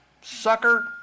sucker